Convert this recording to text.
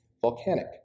volcanic